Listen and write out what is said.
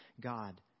God